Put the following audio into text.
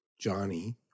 Johnny